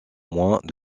moins